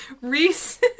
Reese